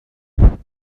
night